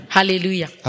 Hallelujah